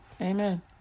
Amen